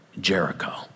Jericho